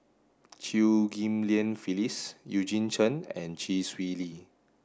Chew Ghim Lian Phyllis Eugene Chen and Chee Swee Lee